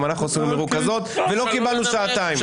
גם אנחנו עשינו מרוכזות, ולא קיבלנו שעתיים.